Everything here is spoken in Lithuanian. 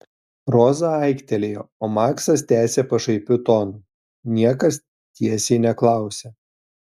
roza aiktelėjo o maksas tęsė pašaipiu tonu niekas tiesiai neklausia